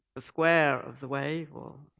the square of the wave or